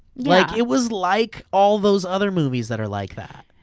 like it was like all those other movies that are like that.